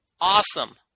Awesome